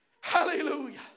Hallelujah